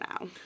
now